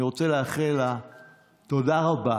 אני רוצה להודות לה תודה רבה